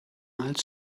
als